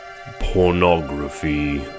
Pornography